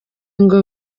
ngo